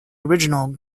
original